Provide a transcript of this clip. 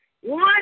one